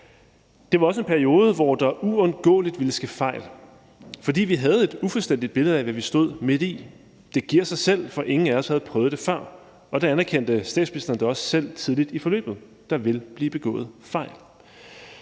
Det var også en periode, hvor der uundgåeligt ville ske fejl, fordi vi havde et ufuldstændigt billede af, hvad vi stod midt i. Det giver sig selv, for ingen af os havde prøvet det før, og det anerkendte statsministeren da også selv tidligt i forløbet, altså at der ville blive begået fejl.